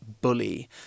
bully